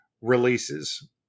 releases